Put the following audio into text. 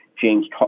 James